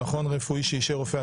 במכון רפואי שאישר רופא הכנסת.